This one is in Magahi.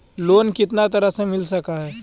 लोन कितना तरह से मिल सक है?